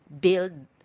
build